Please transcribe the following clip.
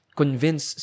convince